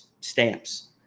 stamps